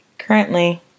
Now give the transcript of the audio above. currently